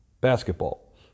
basketball